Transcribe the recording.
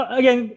again